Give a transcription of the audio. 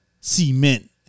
cement